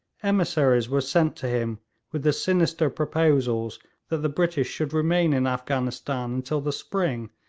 emissaries were sent to him with the sinister proposals that the british should remain in afghanistan until the spring,